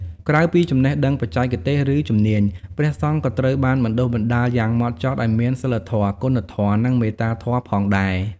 ក្រៅពីចំណេះដឹងបច្ចេកទេស ឬជំនាញ ព្រះសង្ឃក៏ត្រូវបានបណ្តុះបណ្តាលយ៉ាងហ្មត់ចត់ឱ្យមានសីលធម៌ គុណធម៌ និងមេត្តាធម៌ផងដែរ។